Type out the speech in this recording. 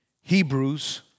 Hebrews